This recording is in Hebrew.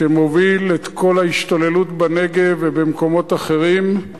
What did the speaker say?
שמוביל את כל ההשתוללות בנגב ובמקומות אחרים,